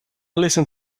listen